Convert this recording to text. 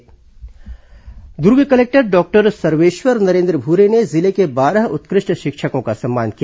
शिक्षक सम्मान Durg collector doctor Sarveshwar Narendra Bhure ने जिले के बारह उत्कृष्ट शिक्षकों का सम्मान किया